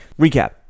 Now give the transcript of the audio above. Recap